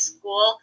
School